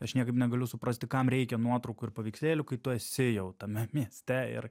aš niekaip negaliu suprasti kam reikia nuotraukų ir paveikslėlių kai tu esi jau tame mieste ir